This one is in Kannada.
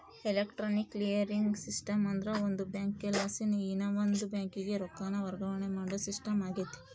ಎಲೆಕ್ಟ್ರಾನಿಕ್ ಕ್ಲಿಯರಿಂಗ್ ಸಿಸ್ಟಮ್ ಅಂದ್ರ ಒಂದು ಬ್ಯಾಂಕಲಾಸಿ ಇನವಂದ್ ಬ್ಯಾಂಕಿಗೆ ರೊಕ್ಕಾನ ವರ್ಗಾವಣೆ ಮಾಡೋ ಸಿಸ್ಟಮ್ ಆಗೆತೆ